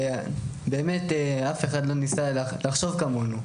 באמת אף אחד לא ניסה לחשוב כמונו.